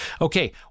Okay